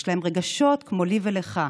יש להם רגשות כמו לי ולך,